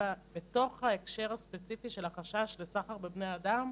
בתוך ההקשר הספציפי של החשש לסחר בבני אדם.